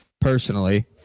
Personally